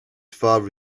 father